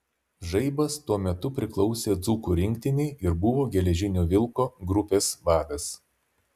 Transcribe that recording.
žaibas tuo metu priklausė dzūkų rinktinei ir buvo geležinio vilko grupės vadas